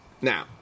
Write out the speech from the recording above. Now